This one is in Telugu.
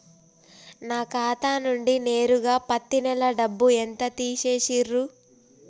నా ఖాతా నుండి నేరుగా పత్తి నెల డబ్బు ఎంత తీసేశిర్రు?